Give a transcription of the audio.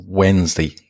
wednesday